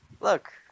Look